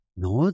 no